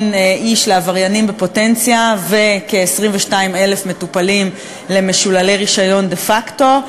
איש לעבריינים בפוטנציה וכ-22,000 מטופלים למשוללי רישיון דה פקטו.